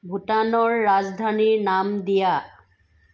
ভূটানৰ ৰাজধানীৰ নাম দিয়া